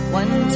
one